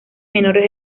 menores